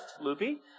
loopy